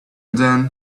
then